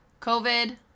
COVID